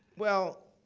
well,